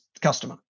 customer